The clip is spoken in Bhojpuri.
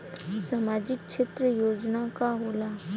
सामाजिक क्षेत्र योजना का होला?